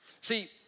See